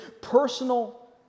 personal